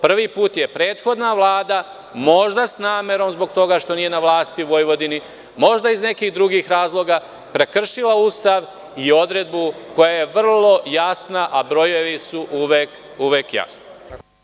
Prvi put je prethodna Vlada možda sa namerom zbog toga što nije na vlasti u Vojvodini, možda iz nekih drugih razloga prekršila Ustav i odredbu koja je vrlo jasna, a brojevi su uvek jasni.